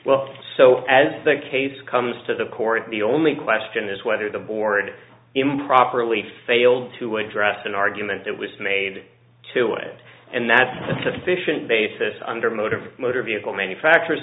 well so as the case comes to the court the only question is whether the board improperly failed to address an argument that was made to it and that's a sufficient basis under mode of motor vehicle manufacturers